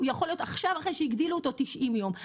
הוא יכול להיות עכשיו, אחרי שהגדילו אותו, 90 יום.